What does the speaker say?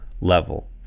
level